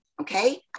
okay